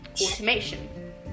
automation